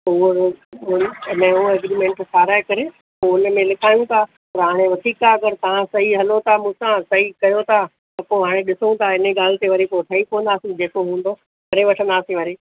पोइ उहो रो उहो ई नयो एग्रीमेंट ठाहिराए करे पोइ उनमें लिखायूं था पोइ हाणे ठीकु आहे अगरि तव्हां सही हलो था मूंसां सही कयो था त पोइ हाणे ॾिसूं था इन ॻाल्हि ते वरी पोइ ठही पवंदासीं जेको हूंदो टे वठंदासीं वरी